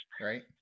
Right